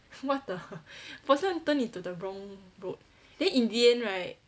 what the person turn into the wrong road then in the end right